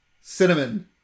Cinnamon